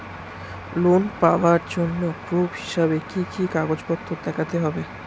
Loan পাওয়ার জন্য proof হিসেবে কি কি কাগজপত্র দেখাতে হবে?